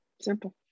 Simple